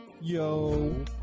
yo